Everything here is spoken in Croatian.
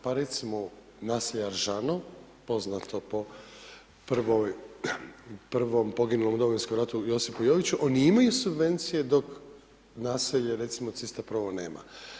Pa recimo naselja Aržano, poznato po prvom poginulom u Domovinskom ratu Josipu Joviću, oni imaju subvencije dok naselje recimo Cista Provo nema.